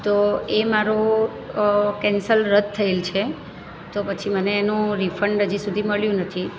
તો એ મારો કેન્સલ રદ થએલ છે તો પછી મને એનું રિફંડ હજી સુધી મળ્યું નથી